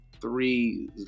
three